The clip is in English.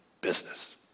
business